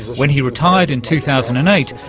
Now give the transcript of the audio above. when he retired in two thousand and eight,